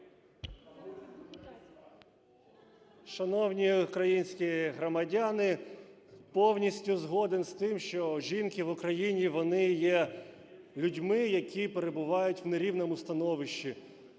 Шановні українські громадяни, повністю згоден з тим, що жінки в Україні, вони є людьми, які перебувають в нерівному становищі.